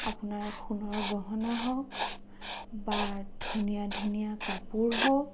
আপোনাৰ সোণৰ গহনা হওক বা ধুনীয়া ধুনীয়া কাপোৰ হওক